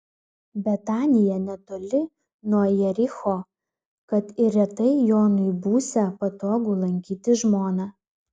betanija netoli nuo jericho kad ir retai jonui būsią patogu lankyti žmoną